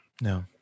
No